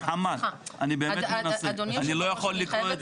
אני באמת לא יכול.